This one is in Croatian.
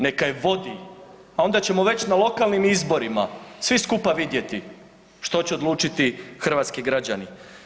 Neka je vodi, pa onda ćemo već na lokalnim izborima svi skupa vidjeti što će odlučiti hrvatski građani.